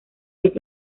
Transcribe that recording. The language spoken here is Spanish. vez